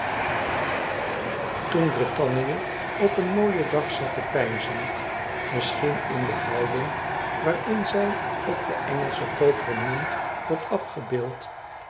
toen britannië op een mooien dag zat te peinzen misschien in de houding waarin zij op de engelsche koperen munt wordt afgebeeld